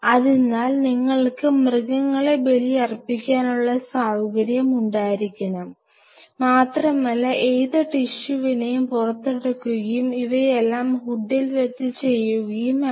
അതിനാൽ നിങ്ങൾക്ക് മൃഗങ്ങളെ ബലിയർപ്പിക്കാനുള്ള സൌകര്യം ഉണ്ടായിരിക്കണം മാത്രമല്ല ഏത് ടിഷ്യുവിനേയും പുറത്തെടുക്കുകയും ഇവയെല്ലാം ഹുഡിൽ വെച്ച് ചെയ്യുകയും വേണം